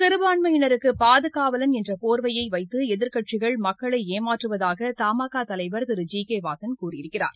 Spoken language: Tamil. சிறுபான்மையினருக்கு பாதுகாவலன் என்ற போர்வையை வைத்து எதிர்க்கட்சிகள் மக்களை ஏமாற்றுவதாக தமாகா தலைவர் திரு ஜி கே வாசன் கூறியிருக்கிறார்